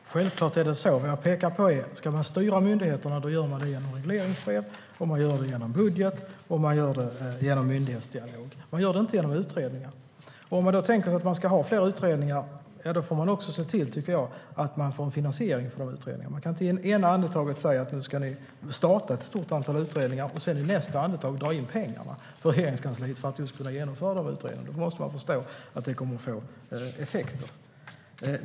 Herr talman! Självklart är det så. Det jag pekar på är att om man ska styra myndigheterna gör man det genom regleringsbrev, genom budget, genom myndighetsdialog. Man gör det inte genom utredningar. Om vi ska ha fler utredningar måste vi i så fall se till att få en finansiering av dem. Man kan inte i ena ögonblicket säga att det ska startas ett stort antal utredningar för att i nästa dra in pengarna för Regeringskansliet, de som skulle ha gått till utredningarna. Man måste förstå att det får konsekvenser.